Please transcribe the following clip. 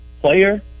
player